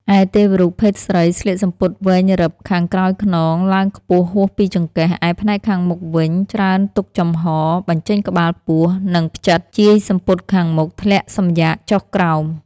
ឯទេវរូបភេទស្រីស្លៀកសំពត់វែងរឹប ខាងក្រោយខ្នងឡើងខ្ពស់ហួសពីចង្កេះ ឯផ្នែកខាងមុខវិញ ច្រើនទុកចំហ បញ្ចេញក្បាលពោះ និងផ្ចិត ជាយសំពត់ខាងមុខធ្លាក់សំយ៉ាកចុះក្រោម។